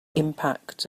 impact